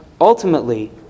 ultimately